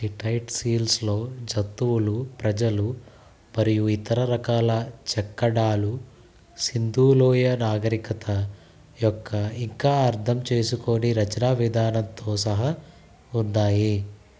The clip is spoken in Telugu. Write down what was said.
స్టిట్టయిట్ సీల్స్లో జంతువులు ప్రజలు మరియు ఇతర రకాల చెక్కడాలు సింధు లోయ నాగరికత యొక్క ఇంకా అర్థం చేసుకోని రచనా విధానంతో సహా ఉన్నాయి